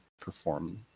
perform